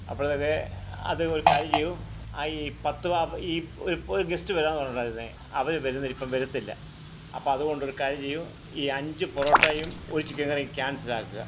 അപ്പോഴതെ അത് ഒരു കാര്യം ചെയ്യൂ ഈ പത്ത് ഒരു ഗസ്റ്റ് വരാമെന്ന് പറഞ്ഞിട്ടുണ്ടായിരുന്നെ അവര് വരുന്നില്ല ഇപ്പം വരുത്തില്ല അപ്പോൾ അതുകൊണ്ടൊരു കാര്യം ചെയ്യൂ ഈ അഞ്ച് പൊറോട്ടയും ഒരു ചിക്കൻ കറിയും ക്യാൻസൽ ആക്കുക